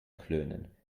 klönen